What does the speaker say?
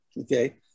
Okay